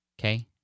okay